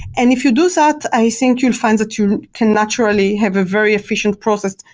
and if you do that, i think you'll find that you can naturally have a very efficient process.